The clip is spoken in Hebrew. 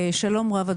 שלום רב.